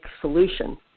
Solution